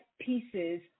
pieces